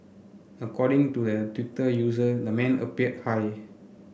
according to the Twitter user the man appeared high